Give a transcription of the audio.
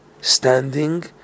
Standing